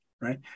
right